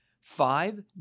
Five